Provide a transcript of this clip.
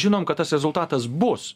žinom kad tas rezultatas bus